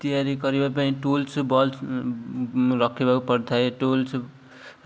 ତିଆରି କରିବା ପାଇଁ ଟୁଲ୍ସ ବଲ୍ସ ରଖିବାକୁ ପଡ଼ିଥାଏ ଟୁଲ୍ସ